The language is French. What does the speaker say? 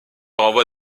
renvoie